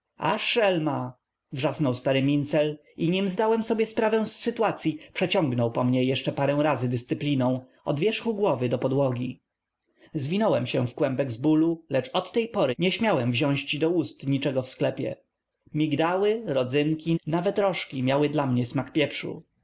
a szelma wrzasnął stary mincel i nim zdałem sobie sprawę z sytuacyi przeciągnął po mnie jeszcze parę razy dyscyplinę od wierzchu głowy do podłogi zwinąłem się w kłębek z bolu lecz od tej pory nie śmiałem wziąć do ust niczego w sklepie migdały rodzynki nawet rożki miały dla mnie smak pieprzu